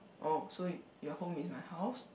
oh so your home is my house